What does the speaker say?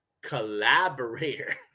Collaborator